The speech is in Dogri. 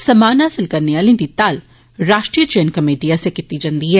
सम्मान हासिल करने आलें दी ताल राष्ट्रीय चयन कमेटी आसेया कीती जंदी ऐ